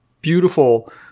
beautiful